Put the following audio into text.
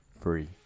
free